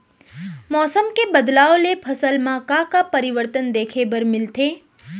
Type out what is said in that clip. मौसम के बदलाव ले फसल मा का का परिवर्तन देखे बर मिलथे?